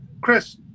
Chris